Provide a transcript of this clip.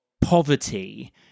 poverty